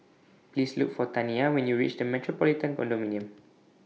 Please Look For Taniyah when YOU REACH The Metropolitan Condominium